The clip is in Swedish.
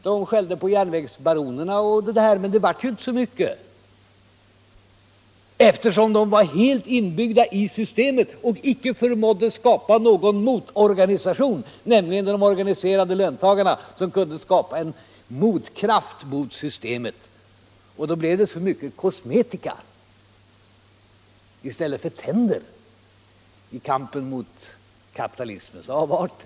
Man skällde på järnvägsbaronerna och det där, men det blev ju inte så mycket, eftersom de var helt inbyggda i systemet och man icke förmådde organisera löntagarna till en motkraft mot systemet. Då blev det så mycket kosmetika — i stället för tänder — i kampen mot kapitalismens avarter.